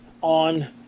on